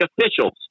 officials